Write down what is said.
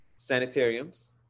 Sanitariums